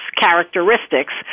characteristics